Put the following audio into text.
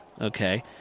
Okay